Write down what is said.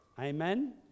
Amen